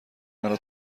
مرا